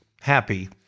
happy